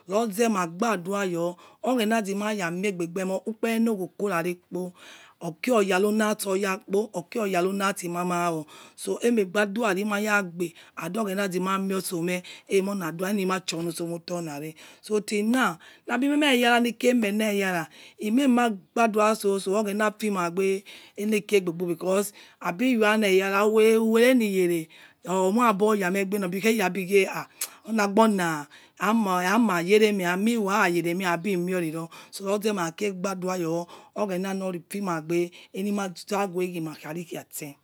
Loze magbodua yo lara mie aigbe mo ukpere logwo da kura re kpo okiri ogaro naso ya kpo ekiri oyaro nasemie ho chi hama wo achia'a lima ya gbe and oghena zema mio oloso mie. lohi ma chio olu sumotona re na habi meme yara lime wa yara igbadua'a soso loghena fia maghe u aide kere aigbebu uwale loyara uwele yere omai bo yomo aigbe ola agbona aima yere mie ah mean lohile ayere mie ah so ubi miri ye oghena loifima gbe ele mare kha tse